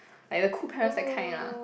like the cool parents that kind lah